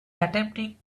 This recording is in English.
attempting